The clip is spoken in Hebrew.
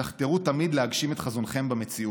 תחתרו תמיד להגשים את חזונכם במציאות.